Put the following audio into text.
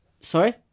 sorry